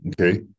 Okay